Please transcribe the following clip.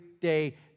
day